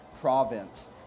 province